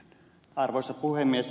arvoisa puhemies